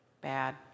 Bad